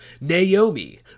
Naomi